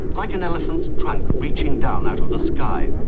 like an elephant's trunk reaching down out of the sky.